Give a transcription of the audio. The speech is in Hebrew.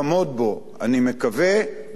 אני מקווה ומאחל לה.